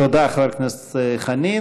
תודה, חבר הכנסת חנין.